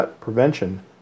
prevention